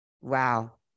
Wow